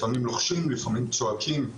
לפעמים לוחשים, לפעמים צועקים.